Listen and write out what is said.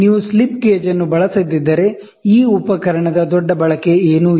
ನೀವು slip gauge ಅನ್ನು ಬಳಸದಿದ್ದರೆ ಈ ಉಪಕರಣದ ದೊಡ್ಡ ಬಳಕೆ ಏನು ಇಲ್ಲ